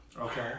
Okay